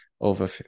over